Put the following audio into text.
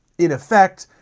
in effect,